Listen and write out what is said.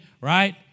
right